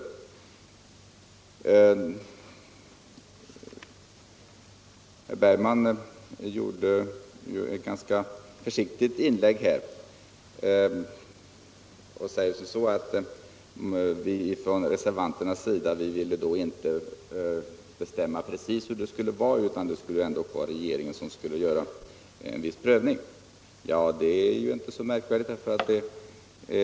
Herr Bergman i Göteborg gjorde ett ganska försiktigt inlägg. Han säger att vi reservanter inte vill bestämma precis hur det skall vara utan låter regeringen göra en viss prövning. Det är inte så märkvärdigt.